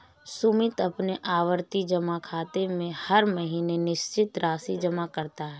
सुमित अपने आवर्ती जमा खाते में हर महीने निश्चित राशि जमा करता है